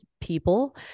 people